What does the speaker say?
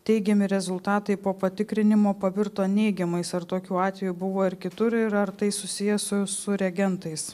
teigiami rezultatai po patikrinimo pavirto neigiamais ar tokių atvejų buvo ir kitur ir ar tai susiję su su reagentais